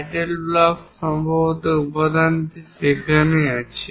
title block সম্ভবত উপাদানটি সেখানে উপস্থিত রয়েছে